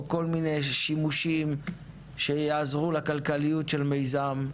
או כל מיני שימושים שיעזרו לכלכליות של מיזם.